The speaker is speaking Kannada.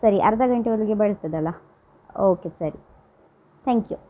ಸರಿ ಅರ್ಧ ಗಂಟೆ ಒಳ್ಗೆ ಬರ್ತದಲ್ಲ ಓಕೆ ಸರಿ ಥ್ಯಾಂಕ್ ಯು